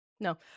No